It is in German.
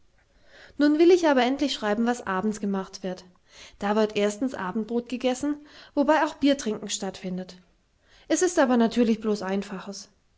nun will ich aber endlich schreiben was abends gemacht wird da wird erstens abendbrot gegessen wobei auch biertrinken stattfindet es ist aber natürlich blos einfaches